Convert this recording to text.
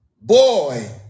boy